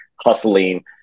hustling